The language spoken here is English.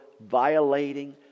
violating